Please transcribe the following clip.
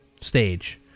stage